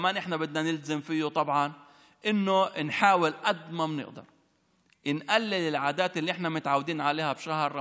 על עצמנו וילדינו ומשפחותינו וזקנינו בתקופה הקשה הזאת של מגפת הקורונה,